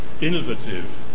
innovative